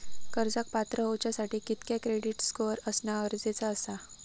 कर्जाक पात्र होवच्यासाठी कितक्या क्रेडिट स्कोअर असणा गरजेचा आसा?